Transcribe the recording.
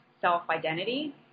self-identity